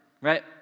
right